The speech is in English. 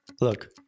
Look